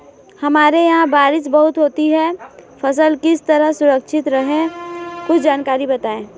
हमारे यहाँ बारिश बहुत होती है फसल किस तरह सुरक्षित रहे कुछ जानकारी बताएं?